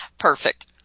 Perfect